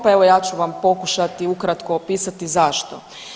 Pa evo, ja ću vam pokušati ukratko opisati zašto.